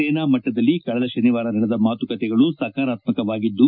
ಸೇನಾ ಮಟ್ಟದಲ್ಲಿ ಕಳೆದ ಶನಿವಾರ ನಡೆದ ಮಾತುಕತೆಗಳು ಸಕಾರಾತ್ಮಕವಾಗಿದ್ದು